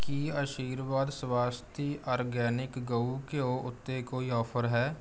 ਕੀ Aashirvaad Svasti organic ਗਊ ਘਿਓ ਉੱਤੇ ਕੋਈ ਆਫ਼ਰ ਹੈ